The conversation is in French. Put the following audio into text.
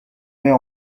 mets